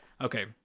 Okay